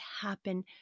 happen